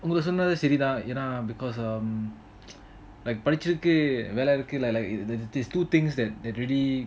அவங்க சொன்னது செய் தான் என்ன:avanga sonathu sei thaan enna because um like படிச்சதுக்கு வெல்ல இருக்கு:padichathuku vella iruku it's two things that really